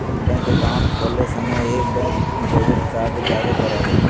bank account खोले समय ही, बैंक डेबिट कार्ड जारी करा हइ